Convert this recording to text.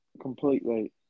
completely